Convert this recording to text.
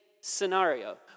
scenario